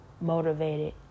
motivated